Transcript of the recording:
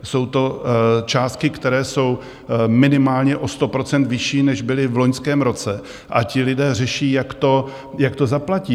Jsou to částky, které jsou minimálně o 100 % vyšší, než byly v loňském roce, a ti lidé řeší, jak to zaplatí.